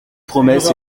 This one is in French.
promesse